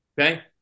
Okay